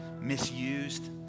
misused